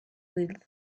little